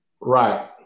Right